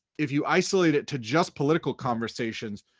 if you isolate it to just political conversations,